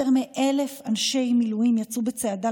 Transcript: יותר מ-1,000 אנשי מילואים יצאו בצעדה